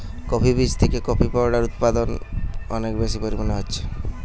coffee বীজ থিকে coffee powder উদপাদন অনেক বেশি পরিমাণে হচ্ছে